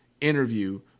interview